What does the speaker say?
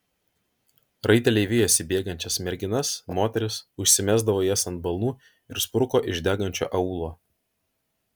raiteliai vijosi bėgančias merginas moteris užsimesdavo jas ant balnų ir spruko iš degančio aūlo